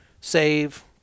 save